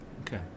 Okay